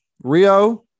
Rio